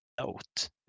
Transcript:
note